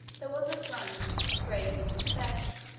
there was a throne, raised some steps,